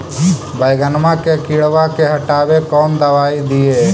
बैगनमा के किड़बा के हटाबे कौन दवाई दीए?